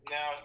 Now